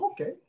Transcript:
okay